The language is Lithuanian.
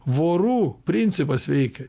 vorų principas veikia